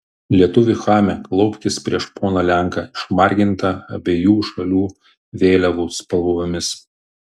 lietuvi chame klaupkis prieš poną lenką išmargintą abiejų šalių vėliavų spalvomis